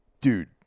Dude